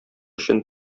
өчен